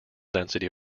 density